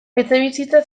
etxebizitza